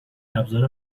ابزار